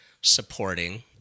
supporting